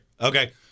Okay